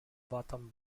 bottom